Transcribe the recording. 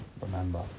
remember